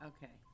Okay